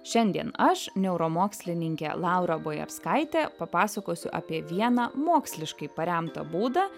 šiandien aš neuromokslininkė laura bojarskaitė papasakosiu apie vieną moksliškai paremtą būdą